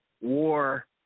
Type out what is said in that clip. war